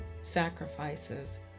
sacrifices